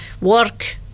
Work